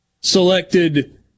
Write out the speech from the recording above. selected